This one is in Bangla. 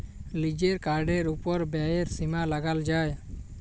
লিজের কার্ডের ওপর ব্যয়ের সীমা লাগাল যায়